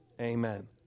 Amen